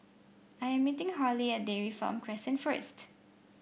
I am meeting Harlie at Dairy Farm Crescent first